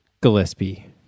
Gillespie